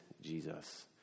Jesus